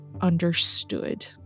understood